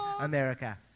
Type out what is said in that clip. America